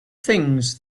things